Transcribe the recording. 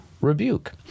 rebuke